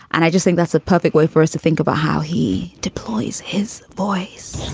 and i just think that's a perfect way for us to think of ah how he deploys his voice